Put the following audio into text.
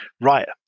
right